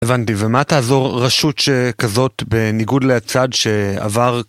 הבנתי, ומה תעזור רשות שכזאת בניגוד לצד שעבר...